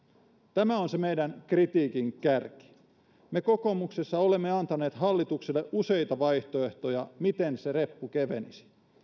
tämä on se meidän kritiikkimme kärki me kokoomuksessa olemme antaneet hallitukselle useita vaihtoehtoja siitä miten se reppu kevenisi